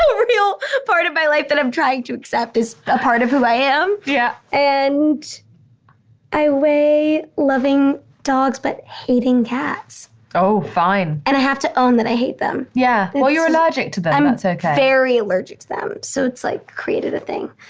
ah real part of my life that i've tried to accept is a part of who i am yeah and i weigh loving dogs, but hating cats oh, fine and i have to own that. i hate them yeah, well, you're allergic to them ah i'm very allergic to them. so it's like created a thing.